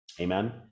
Amen